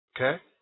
Okay